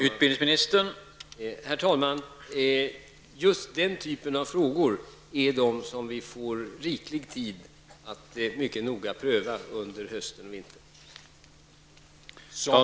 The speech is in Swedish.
Herr talman! Just den typen av frågor får vi rimlig tid att noga pröva under hösten och vintern.